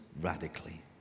radically